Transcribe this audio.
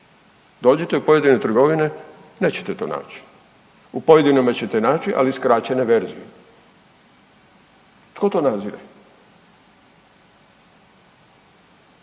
Dođite u pojedine trgovine, nećete to naći. U pojedinima ćete naći, ali skraćene verzije. Tko to nadzire?